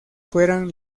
fueran